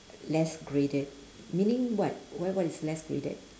less graded meaning what why what is less graded